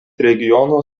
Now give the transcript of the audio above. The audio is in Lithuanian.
regiono